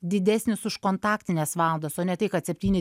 didesnis už kontaktines valandas o ne tai kad septyni